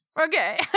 okay